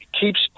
keeps